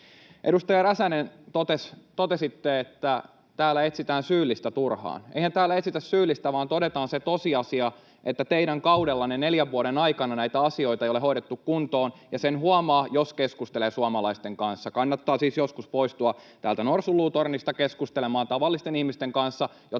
Edustaja Räsänen, totesitte, että täällä etsitään syyllistä turhaan. Eihän täällä etsitä syyllistä vaan todetaan se tosiasia, että teidän kaudellanne neljän vuoden aikana näitä asioita ei ole hoidettu kuntoon, ja sen huomaa, jos keskustelee suomalaisten kanssa. Kannattaa siis joskus poistua täältä norsunluutornista keskustelemaan tavallisten ihmisten kanssa,